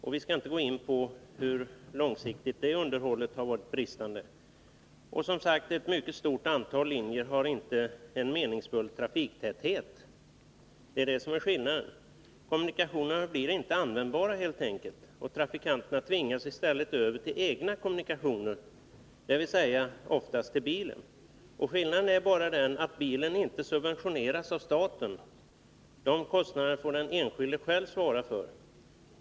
Jag skall inte gå in på hur länge underhållet har varit bristfälligt. Ett mycket stort antal linjer har, som jag redan sagt, inte en meningsfull trafiktäthet. Kommunikationerna blir helt enkelt inte använd bara. Trafikanterna tvingas i stället över till egna kommunikationsmedel — oftast till bilen. Skillnaden är då att bilen inte subventioneras av staten. Bilkostnaderna får den enskilde själv svara för.